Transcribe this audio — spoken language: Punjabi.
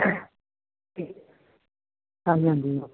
ਠੀਕ ਹਾਂਜੀ ਹਾਂਜੀ